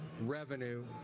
revenue